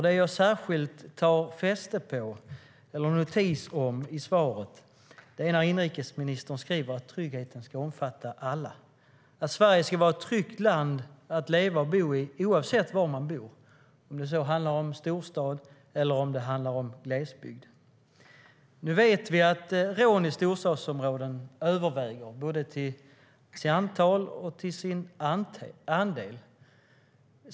Det jag särskilt tar notis om i svaret är att inrikesministern säger att tryggheten ska omfatta alla, att Sverige ska vara ett tryggt land att leva och bo i oavsett var man bor, om det så handlar om storstad eller om det handlar om glesbygd. Nu vet vi att rån i storstadsområden överväger, vad gäller både antal och andel.